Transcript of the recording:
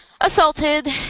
assaulted